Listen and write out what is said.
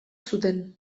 zuten